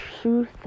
truth